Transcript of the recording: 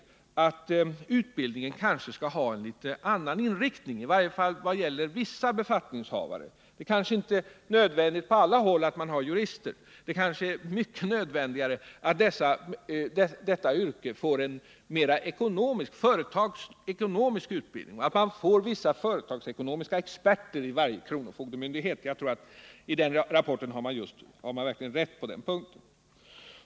Där sägs att utbildningen kanske skall ha en litet annan inriktning, i varje fall i vad gäller vissa befattningshavare. Det kanske inte är nödvändigt att man på alla håll har jurister. Det § 23 kanske är mycket mer nödvändigt att detta yrke får: en mer företagsekonomisk inriktning och att man får vissa företagsekonomiska experter inom varje kronofogdemyndighet. Jag tror att man i denna rapport verkligen har rätt på den punkten.